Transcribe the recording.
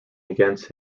against